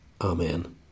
Amen